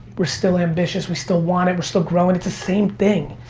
we're still ambitious, we still want it, we're still growing, it's the same thing.